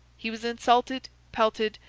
he was insulted, pelted,